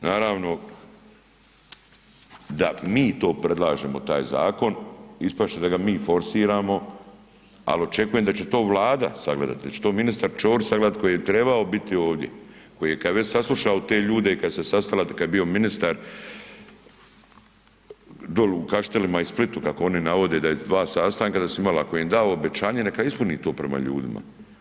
Naravno da mi to predlažemo taj zakon, ispast će da ga mi forsiramo, ali očekujem da će to Vlada sagledati, da će to ministar Ćorić sagledati koji je trebao biti ovdje, koji je već saslušao te ljude i kada su se sastali kada je bio ministar doli u Kaštelima i u Splitu kako oni navode da su dva sastanka da su imali, ako im je dao obećanje neka ispuni to prema ljudima.